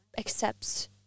accepts